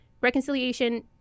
reconciliation